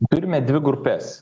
turime dvi grupes